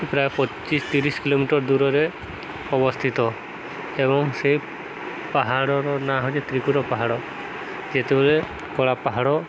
ପ୍ରାୟ ପଚିଶି ତିରିଶି କିଲୋମିଟର ଦୂରରେ ଅବସ୍ଥିତ ଏବଂ ସେ ପାହାଡ଼ର ନାଁ ହେଉଛି ତ୍ରିପୁର ପାହାଡ଼ ଯେତେବେଳେ କଳା ପାହାଡ଼